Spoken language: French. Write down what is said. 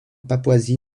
papouasie